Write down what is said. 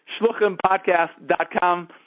shluchimpodcast.com